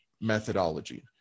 methodology